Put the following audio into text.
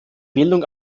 bildung